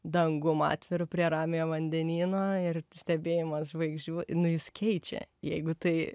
dangum atviru prie ramiojo vandenyno ir stebėjimas žvaigždžių nu jis keičia jeigu tai